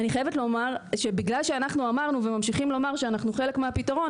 אני חייבת לומר שבגלל שאנחנו אמרנו וממשיכים לומר שאנחנו חלק מהפתרון,